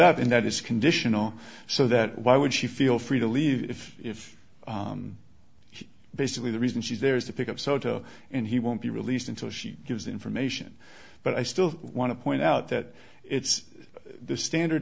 up and that is conditional so that why would she feel free to leave if she basically the reason she's there is to pick up a soldier and he won't be released until she gives information but i still want to point out that it's the standard